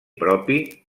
propi